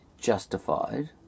justified